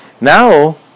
now